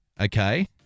okay